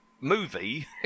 movie